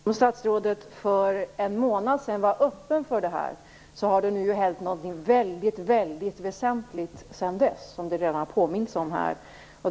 Fru talman! Om statsrådet för en månad sedan var öppen för detta har det nu hänt någonting väldigt väsentligt sedan dess, som det här redan har påmints om.